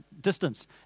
distance